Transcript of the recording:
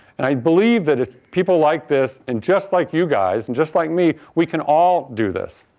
and i believe that if people like this and just like you guys and just like me, we can all do this.